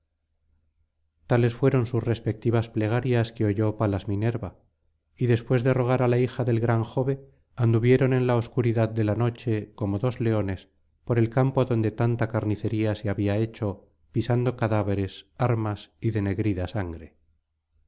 tales fueron sus respectivas plegarias que oyó palas minerva y después de rogar á la hija del gran jove anduvieron en la obscuridad de la noche como dos leones por el campo donde tanta carnicería se había hecho pisando cadáveres armas y denegrida sangre